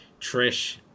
Trish